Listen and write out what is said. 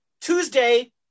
Tuesday